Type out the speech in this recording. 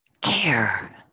care